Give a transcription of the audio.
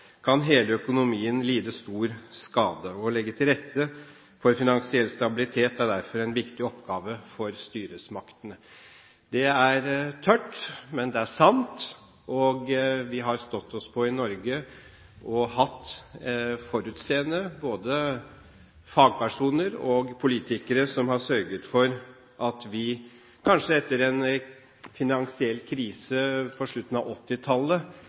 kan hele økonomien lide stor skade. Å legge til rette for finansiell stabilitet er derfor en viktig oppgave for styresmaktene. Det er tørt, men det er sant. Vi har stått oss på i Norge å ha forutseende fagpersoner og politikere som har sørget for at vi – etter en finansiell krise på slutten av